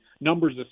numbers